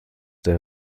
der